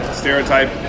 stereotype